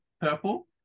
purple